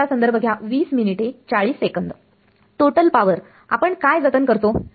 total power आपण काय जतन करतो